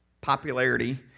popularity